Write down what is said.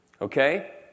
okay